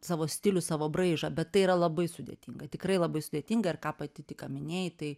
savo stilių savo braižą bet tai yra labai sudėtinga tikrai labai sudėtinga ir ką pati tik ką minėjai tai